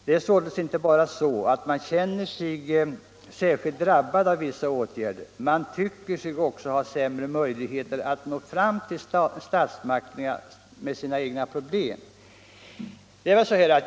Det är således inte bara så att man känner sig särskilt drabbad av vissa åtgärder. Man tycker sig också ha sämre möjligheter att nå fram till statsmakterna med sina egna problem.